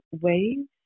waves